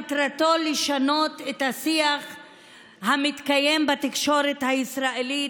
מטרתו לשנות את השיח המתקיים בתקשורת הישראלית,